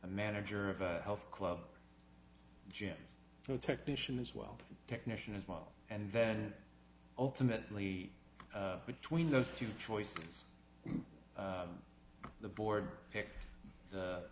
a manager of a health club gym technician as well technician as well and then ultimately between those two choices the board